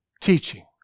teaching